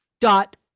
dot